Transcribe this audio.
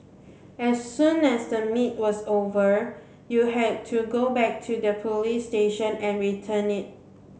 as soon as the meet was over you had to go back to the police station and return it